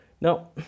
now